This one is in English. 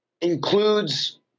includes